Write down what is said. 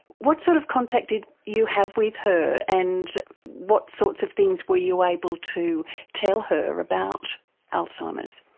what sort of contact did you have with her and what sorts of things were you able to tell her about alzheimer's?